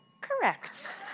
Correct